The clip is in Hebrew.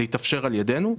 זה יתאפשר על ידנו.